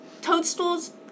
toadstools